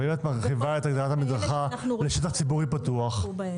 אם את מרחיבה את הגדרת המדרכה לשטח ציבורי פתוח,